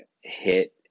hit